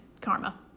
karma